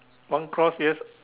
one cross yes